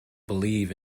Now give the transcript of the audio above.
believe